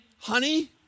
honey